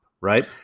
right